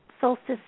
solstice